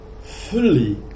fully